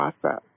process